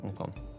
Okay